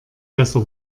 besser